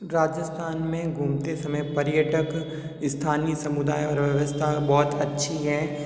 राजस्थान में घूमते समय पर्यटक स्थानीय समुदाय और व्यवस्था बहुत अच्छी है